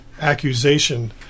accusation